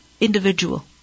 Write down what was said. individual